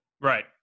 Right